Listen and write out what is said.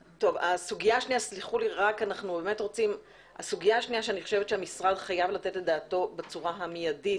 הסוגיה השנייה שאני חושבת שהמשרד חייב לתת את דעתו בצורה מיידית,